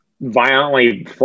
violently